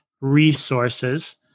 resources